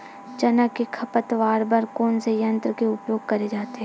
चना के खरपतवार बर कोन से यंत्र के उपयोग करे जाथे?